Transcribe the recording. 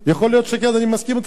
אדוני היושב-ראש,